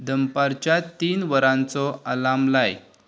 दनपारच्या तीन वरांचो अलाम लाय